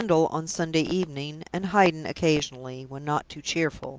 handel on sunday evening and haydn occasionally, when not too cheerful.